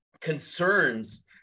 concerns